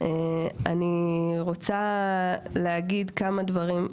רוצה להגיד כמה דברים.